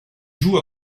joue